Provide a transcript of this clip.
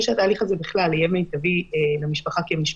כדי שהתהליך הזה יהיה מיטבי בכלל למשפחה כמשפחה.